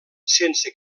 sense